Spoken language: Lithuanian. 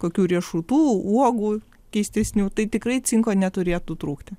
kokių riešutų uogų keistesnių tai tikrai cinko neturėtų trūkti